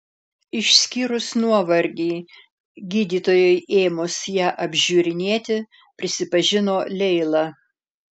išskyrus nuovargį gydytojui ėmus ją apžiūrinėti prisipažino leila